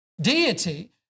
deity